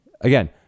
Again